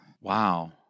Wow